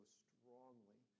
strongly